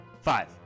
Five